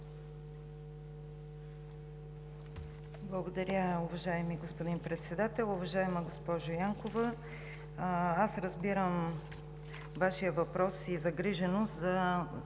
Благодаря, уважаеми господин Председател. Уважаема госпожо Янкова, аз разбирам Вашия въпрос и загриженост за